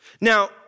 Now